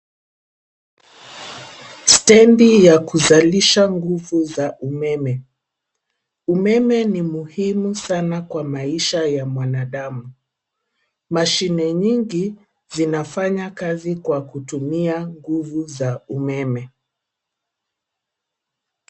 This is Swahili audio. Stendi ya kuzalisha nguvu za umeme. Umeme ni muhimu sana kwa maisha ya mwanadamu. Mashine nyingi zinafanya kazi kwa kutumia nguvu za umeme.